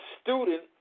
student